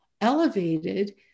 elevated